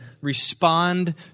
respond